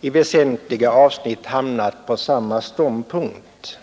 i väsentliga avsnitt har hamnat på samma ståndpunkt.